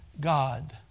God